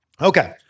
Okay